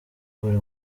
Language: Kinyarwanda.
buri